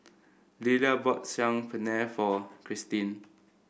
Lilla bought Saag Paneer for Cristin